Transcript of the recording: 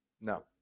No